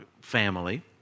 family